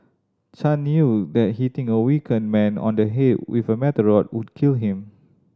Chan knew that hitting a weakened man on the head with a metal rod would kill him